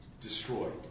destroyed